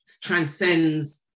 transcends